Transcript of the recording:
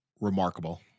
remarkable